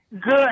good